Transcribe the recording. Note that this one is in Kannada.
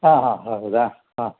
ಹಾಂ ಹಾಂ ಹೌದಾ ಹಾಂ